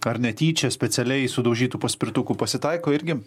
ar netyčia specialiai sudaužytų paspirtukų pasitaiko irgi